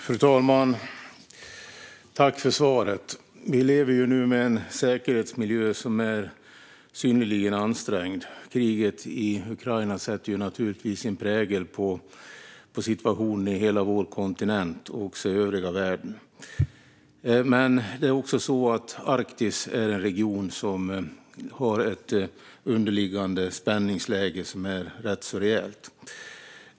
Fru talman! Tack, ministern, för svaret! Vi lever nu med en säkerhetsmiljö som är synnerligen ansträngd. Kriget i Ukraina sätter naturligtvis sin prägel på situationen på hela vår kontinent och även i övriga världen. Men det är också så att Arktis är en region som har ett rätt rejält underliggande spänningsläge.